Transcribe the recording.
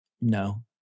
No